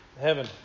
heaven